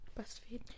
breastfeed